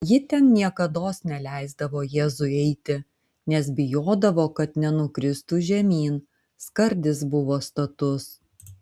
ji ten niekados neleisdavo jėzui eiti nes bijodavo kad nenukristų žemyn skardis buvo status